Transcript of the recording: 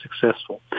successful